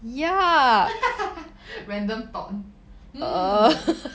random thought hmm